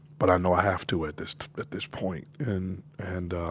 but i know i have to at this at this point. and and, uh